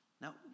Now